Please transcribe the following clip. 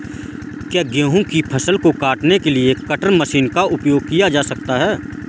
क्या गेहूँ की फसल को काटने के लिए कटर मशीन का उपयोग किया जा सकता है?